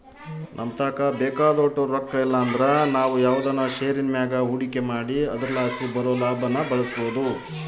ನಮತಾಕ ಬೇಕಾದೋಟು ರೊಕ್ಕ ಇಲ್ಲಂದ್ರ ನಾವು ಯಾವ್ದನ ಷೇರಿನ್ ಮ್ಯಾಗ ಹೂಡಿಕೆ ಮಾಡಿ ಅದರಲಾಸಿ ಬರೋ ಲಾಭಾನ ಬಳಸ್ಬೋದು